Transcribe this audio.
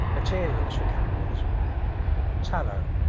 materials for candles tallow